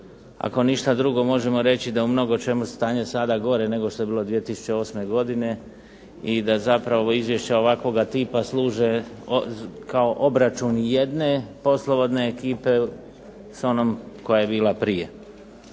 ako ništa drugo možemo reći da u mnogočemu stanje sada gore nego što je bilo 2008. godine, i da zapravo izvješća ovakvoga tipa služe kao obračun jedne poslovodne ekipe s onom koja je bile prije.